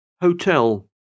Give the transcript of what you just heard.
Hotel